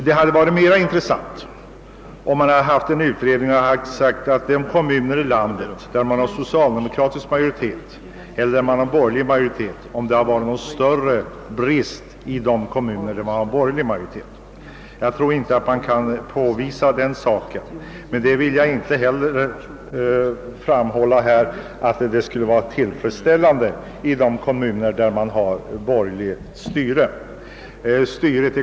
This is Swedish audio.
Det hade varit mera intressant att göra en utredning om huruvida det föreligger större brist i kommuner med borgerlig än i kommuner med socialdemokratisk majoritet. Det tror jag dock inte går att påvisa. Jag vill emellertid inte påstå att förhållandena är bättre i kommuner med borgerligt styre. Våra.